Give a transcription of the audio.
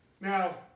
Now